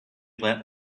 let